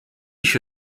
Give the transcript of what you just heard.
się